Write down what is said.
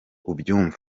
ubyumva